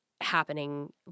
happening